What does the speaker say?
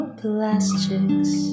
plastics